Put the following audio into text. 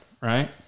Right